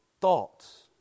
thoughts